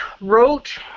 wrote